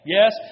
Yes